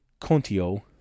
Contio